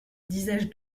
disais